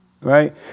Right